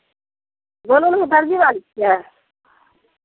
बोलू ने दरजी बाजै छियै